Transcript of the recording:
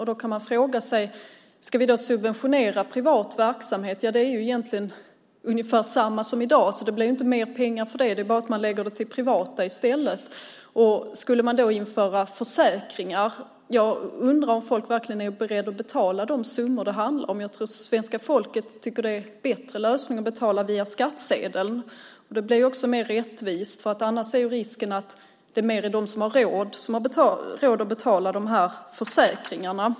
Man kan fråga sig om vi ska subventionera privat verksamhet. Det är egentligen samma sak som i dag. Det blir inte mer pengar för det. Man lägger det på det privata i stället. Om man inför försäkringar undrar jag om folk verkligen är beredda att betala de summor det handlar om. Jag tror att svenska folket tycker att det är en bättre lösning att betala via skattsedeln. Det blir också mer rättvist. Risken är ju att det bara är de som har råd som betalar försäkringarna.